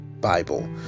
Bible